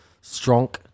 strong